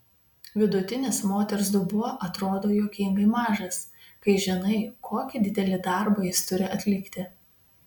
vidutinis moters dubuo atrodo juokingai mažas kai žinai kokį didelį darbą jis turi atlikti